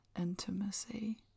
Intimacy